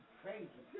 crazy